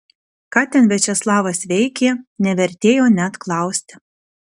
ką ten viačeslavas veikė nevertėjo net klausti